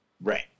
Right